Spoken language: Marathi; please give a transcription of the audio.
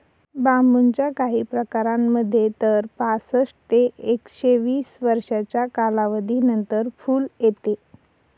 बांबूच्या काही प्रकारांमध्ये तर पासष्ट ते एकशे वीस वर्षांच्या कालावधीनंतर फुल येते